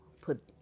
put